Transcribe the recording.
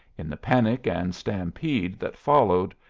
in the panic and stampede that followed,